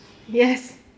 yes